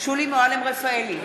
שולי מועלם-רפאלי,